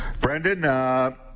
Brendan